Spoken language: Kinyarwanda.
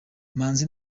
manzi